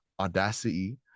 audacity